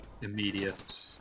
immediate